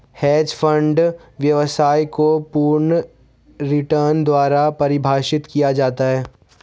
hedge fund व्यवसाय को पूर्ण रिटर्न द्वारा परिभाषित किया जाता है